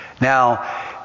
Now